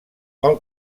pel